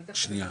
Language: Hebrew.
שנייה,